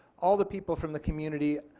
all the people from the community.